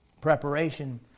preparation